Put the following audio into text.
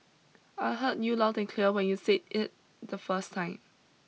I heard you loud and clear when you say it the first time